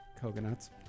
coconuts